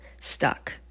stuck